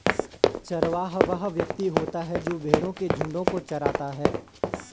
चरवाहा वह व्यक्ति होता है जो भेड़ों के झुंडों को चराता है